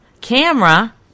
Camera